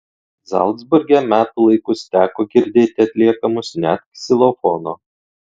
zalcburge metų laikus teko girdėti atliekamus net ksilofono